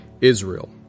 Israel